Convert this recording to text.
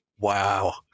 Wow